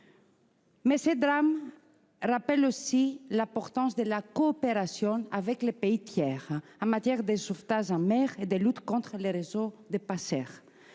Mais ce drame rappelle aussi l'importance de la coopération avec les pays tiers en matière de sauvetage en mer et de lutte contre les réseaux de passeurs.